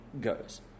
goes